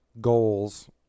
goals